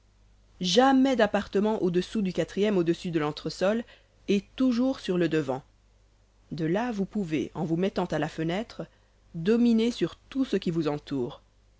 jamais d'appartement au-dessous du quatrième au-dessus de l'entresol et toujours sur le devant de là vous pouvez en vous mettant à la fenêtre dominer sur tout ce qui vous entoure